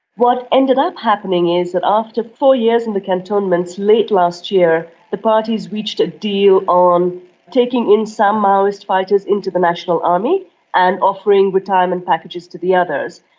what ended up happening is that after four years in the cantonments, late last year the parties reached a deal on taking in some maoist fighters into the national army and offering retirement packages to the others.